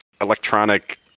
electronic